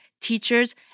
teachers